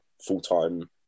full-time